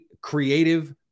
creative